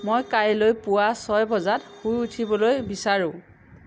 মই কাইলৈ পুৱা ছয় বজাত শুই উঠিবলৈ বিচাৰোঁ